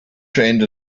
trained